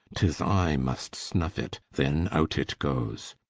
tis i must snuffe it, then out it goes.